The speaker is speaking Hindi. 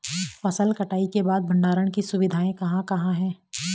फसल कटाई के बाद भंडारण की सुविधाएं कहाँ कहाँ हैं?